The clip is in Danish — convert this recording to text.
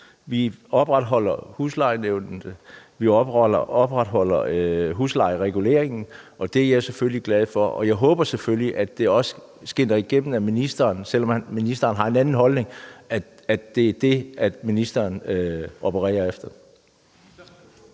vi opretholder huslejereguleringen, og det er jeg selvfølgelig glad for. Jeg håber selvfølgelig, at det også skinner igennem, at det er det, ministeren, selv om ministeren har en anden holdning, opererer efter.